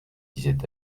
disait